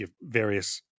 various